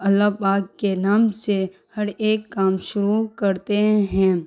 اللہ پاک کے نام سے ہر ایک کام شروع کرتے ہیں